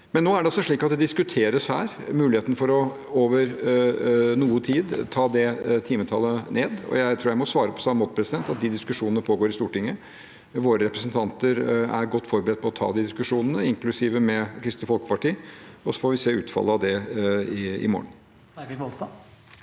Nå diskuteres muligheten for over noe tid å ta det timetallet ned. Jeg tror at jeg må svare på samme måte: De diskusjonene pågår i Stortinget. Våre representanter er godt forberedt på å ta de diskusjonene, inklusiv med Kristelig Folkeparti. Så får vi se utfallet av det i morgen.